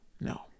no